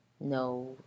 No